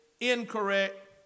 incorrect